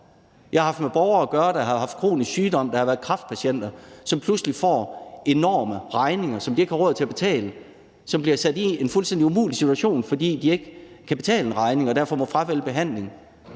Jeg har haft med borgere at gøre, der har haft kronisk sygdom – der har været kræftpatienter – som pludselig får enorme regninger, som de ikke har råd til at betale, så de bliver sat i en fuldstændig umulig situation, fordi de ikke kan betale en regning og derfor må fravælge behandling.